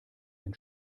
ein